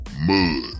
Mud